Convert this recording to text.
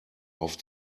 auf